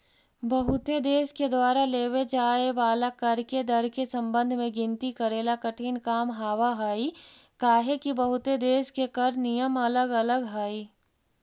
बहुते देश के द्वारा लेव जाए वाला कर के दर के संबंध में गिनती करेला कठिन काम हावहई काहेकि बहुते देश के कर नियम अलग अलग हई